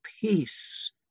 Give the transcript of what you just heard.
peace